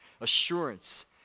assurance